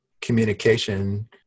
communication